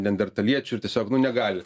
neandertaliečių ir tiesiog nu negali